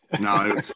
No